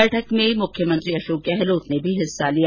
बैठक में मुख्यमंत्री अशोक गहलोत ने भी हिस्सा लिया